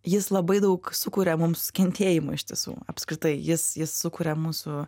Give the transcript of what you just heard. jis labai daug sukuria mums kentėjimo iš tiesų apskritai jis jis sukuria mūsų